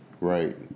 Right